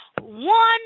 one